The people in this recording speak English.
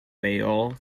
balliol